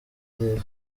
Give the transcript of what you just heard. des